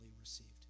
received